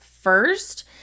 first